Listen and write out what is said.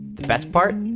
the best part,